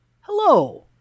Hello